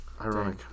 ironic